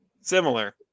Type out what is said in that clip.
similar